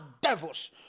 devils